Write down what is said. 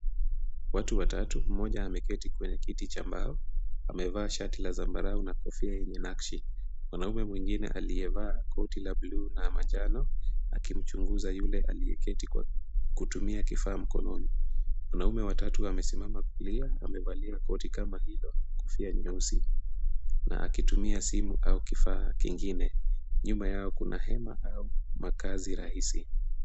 Watu watatu, mmoja ameketi kwenye kiti cha mbao, amevaa shati la zambarau na kofia yenye nakshi. Mwanamume mwingine aliyevaa koti la bluu na manjano akimchunguza yule aliyeketi kwa kutumia kifaa mkononi. Mwanamume wa tatu amesimama kulia na amevalia koti kama hilo na kofia nyeusi na akitumia simu au kifaa kingine. Nyuma yao kuna hema au makaazi rahisi.